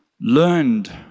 learned